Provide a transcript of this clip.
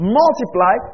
multiply